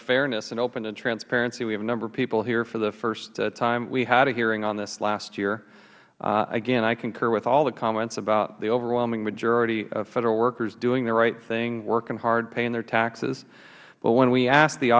fairness openness and transparency we have a number of people here for the first time we had a hearing on this last year again i concur with all of the comments about the overwhelming majority of the federal workers doing the right thing working hard and paying their taxes but when we asked the